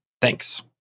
Thanks